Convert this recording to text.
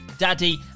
Daddy